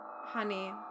Honey